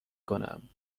کنم